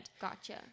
Gotcha